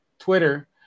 Twitter